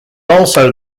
also